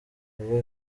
vuba